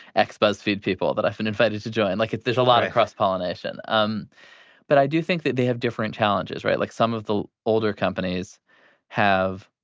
ex buzzfeed people that i've been invited to join. like, there's a lotta cross-pollination. um but i do think that they have different challenges, right? like, some of the older companies have,